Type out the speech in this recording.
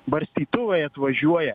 barstytuvai atvažiuoja